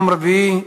יום רביעי,